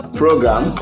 program